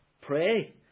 Pray